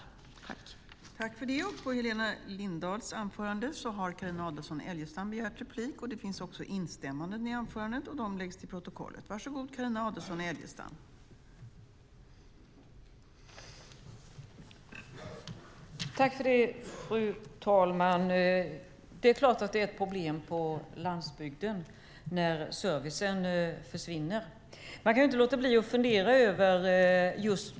I detta anförande instämde Mats Odell .